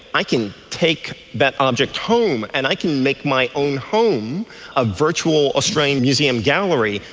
i can take that object home and i can make my own home a virtual australian museum gallery,